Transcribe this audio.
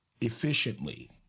efficiently